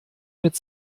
mit